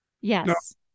Yes